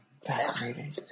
Fascinating